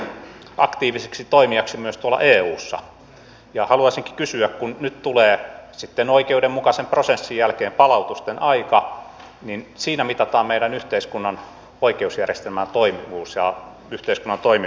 tiedän ministerin aktiiviseksi toimijaksi myös tuolla eussa ja haluaisinkin kysyä kun nyt tulee sitten oikeudenmukaisen prosessin jälkeen palautusten aika ja siinä mitataan meidän yhteiskunnan oikeusjärjestelmän toimivuus ja yhteiskunnan toimivuus